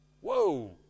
Whoa